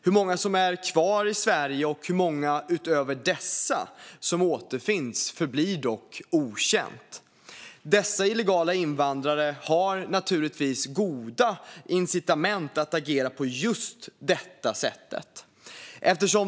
Hur många som är kvar i Sverige och hur många utöver dessa som återfinns förblir dock okänt. Dessa illegala invandrare har naturligtvis goda incitament att agera på just detta sätt.